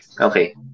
Okay